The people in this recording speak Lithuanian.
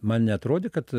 man neatrodė kad